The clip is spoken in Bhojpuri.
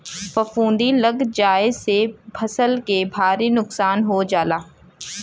फफूंदी लग जाये से फसल के भारी नुकसान हो जाला